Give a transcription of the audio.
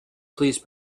please